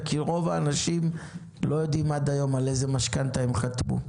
כי רוב האנשים לא יודעים עד היום על איזו משכנתא הם חתמו.